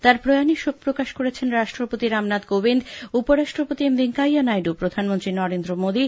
তাঁর প্রয়াণে শোক প্রকাশ করেছেন রাষ্ট্রপতি রামনাথ কোবিন্দ উপরাষ্ট্রপতি এম ভেঙ্কাইয়া নাইডু প্রধানমন্ত্রী নরেন্দ্র মোদী